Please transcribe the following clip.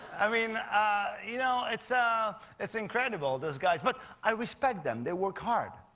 i mean you know, it's ah it's incredible, those guys. but i respect them, they work hard.